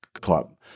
Club